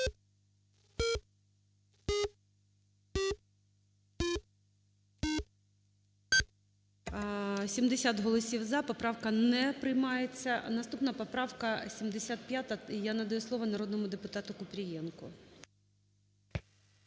70 голосів "за". Поправка не приймається. Наступна поправка 75. Я надаю слово народному депутатуКупрієнку.